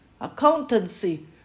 Accountancy